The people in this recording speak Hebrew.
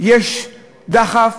יש דחף